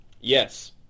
Yes